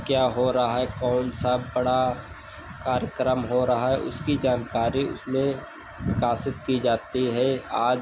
क्या हो रहा है कौन सा बड़ा कार्यक्रम हो रहा है उसकी जानकारी उसमें प्रकाशित की जाती है आज